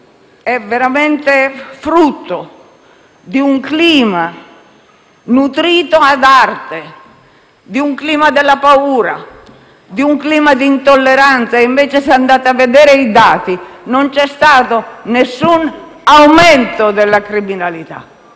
è veramente frutto di un clima nutrito ad arte, di un clima della paura e dell'intolleranza. Se andate a vedere i dati, non c'è stato alcun aumento della criminalità,